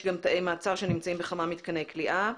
גם תאי מעצר שנמצאים בכמה מתקני כליאה.